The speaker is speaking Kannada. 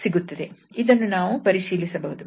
ಇದನ್ನು ನಾವು ಪರಿಶೀಲಿಸಬಹುದು